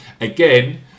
again